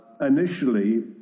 initially